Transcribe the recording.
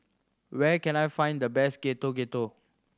where can I find the best Getuk Getuk